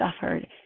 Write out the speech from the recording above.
suffered